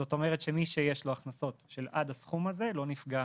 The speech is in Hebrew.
זאת אומרת שמי שיש לו הכנסות של עד הסכום הזה לא נפגע